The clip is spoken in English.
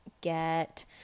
get